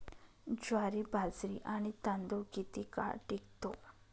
ज्वारी, बाजरी आणि तांदूळ किती काळ टिकतो?